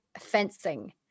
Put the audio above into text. fencing